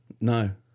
no